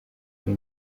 ari